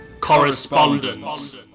correspondence